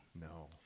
No